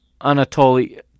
Anatoly